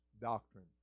doctrine